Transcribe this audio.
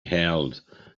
held